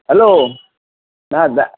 hello হ্যাঁ